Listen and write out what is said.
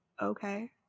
okay